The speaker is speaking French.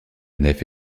nef